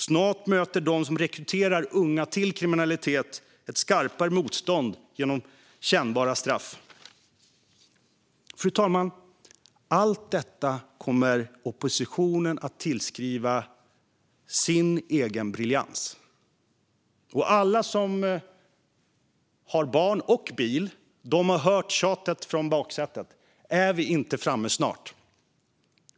Snart möter de som rekryterar unga till kriminalitet ett skarpare motstånd genom kännbara straff. Fru talman! Allt detta kommer oppositionen att tillskriva sin egen briljans. Alla som har barn och bil har hört tjatet från baksätet: Är vi inte framme snart?